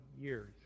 years